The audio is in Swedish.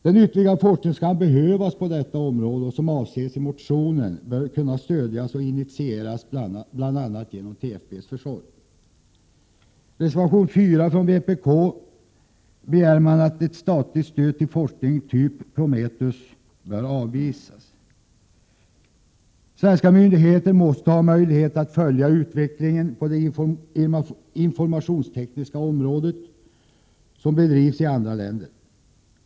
Den ytterligare forskning som kan behövas på detta område och som avses i motionen bör kunna stödjas och initieras genom TFB:s försorg. I reservation 4 begär vpk att ett statligt stöd till forskning av typ Prometheus bör avvisas. Svenska myndigheter måste ha möjlighet att följa den utveckling på det informationstekniska området som pågår i andra länder.